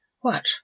What